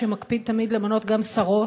שמקפיד תמיד למנות גם שרות,